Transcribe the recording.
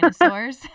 dinosaurs